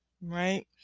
right